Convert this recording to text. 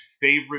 favorite